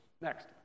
Next